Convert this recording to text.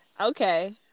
Okay